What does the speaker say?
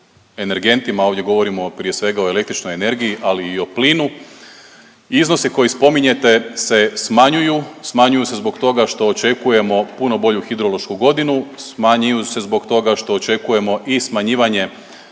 ovdje govorimo prije svega o električnoj energiji, ali i o plinu. Iznosi koje spominjete se smanjuju, smanjuju se zbog toga što očekujemo puno bolju hidrološku godinu, smanjuju se zbog toga što očekujemo i smanjivanje